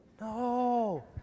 No